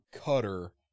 cutter